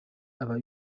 aba